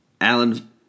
Alan